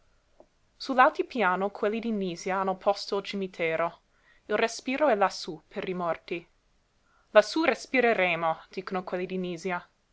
l'altipiano quelli di nisia hanno posto il cimitero il respiro è lassú per i morti lassú respireremo dicono quelli di nisia